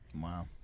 Wow